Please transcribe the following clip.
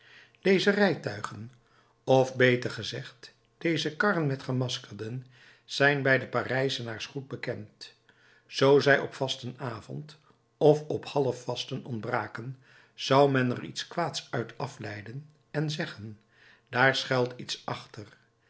deze rijtuigen of beter gezegd deze karren met gemaskerden zijn bij de parijzenaars goed bekend zoo zij op vastenavond of op half vasten ontbraken zou men er iets kwaads uit afleiden en zeggen daar schuilt iets achter